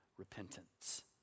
repentance